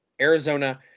Arizona